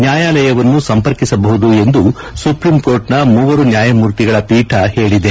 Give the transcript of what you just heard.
ನ್ಯಾಯಾಲಯವನ್ನು ಸಂಪರ್ಕಿಸಬಹುದು ಎಂದು ಸುಪ್ರೀಂಕೋರ್ಟ್ನ ಮೂವರ ನ್ಯಾಯಮೂರ್ತಿಗಳ ಪೀಠ ಹೇಳಿದೆ